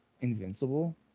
invincible